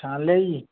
ਪਛਾਣ ਲਿਆ ਜੀ